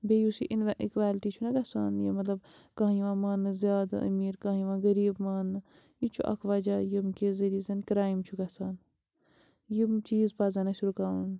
بیٚیہِ یُس یہِ اِن وے اِکویلٹی چھُ نا گژھان یہِ مطلب کانٛہہ یِوان ماننہٕ زیادٕ امیٖر کانٛہہ یِوان غریٖب ماننہٕ یہِ تہِ چھُ اَکھ وجہ ییٚمہِ کہِ ذٔریعہِ زَن کرٛایم چھُ گژھان یِم چیٖز پَزیٚن اسہِ رُکاوٕنۍ